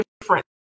different